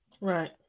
Right